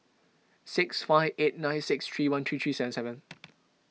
six five eight nine six three one three seven seven